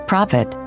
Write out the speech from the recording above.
Profit